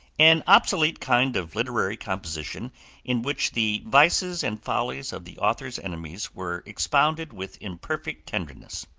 an obsolete kind of literary composition in which the vices and follies of the author's enemies were expounded with imperfect tenderness.